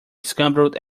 scrambled